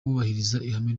ihame